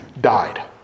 died